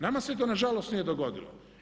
Nama se to na žalost nije dogodilo.